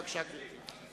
בבקשה, גברתי.